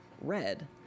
red